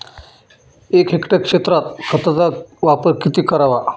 एक हेक्टर क्षेत्रात खताचा वापर किती करावा?